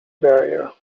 barrier